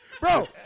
Bro